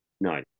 No